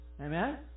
Amen